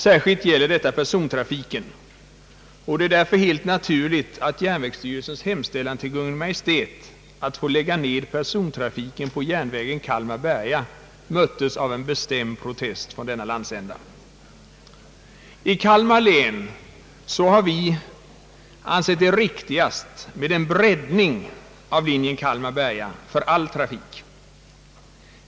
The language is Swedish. Särskilt gäller detta persontrafiken, och det är därför helt naturligt att järnvägsstyrelsens hemställan till Kungl. Maj:t om att få lägga ned persontrafiken på järnvägen Kalmar—Berga mötts av en bestämd protest från denna landsända. I Kalmar län har vi ansett det mest riktigt med en breddning av linjen Kalmar—Berga för all trafik.